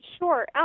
Sure